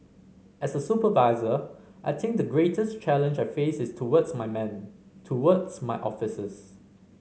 as a supervisor I think the greatest challenge I face is towards my men towards my officers